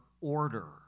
order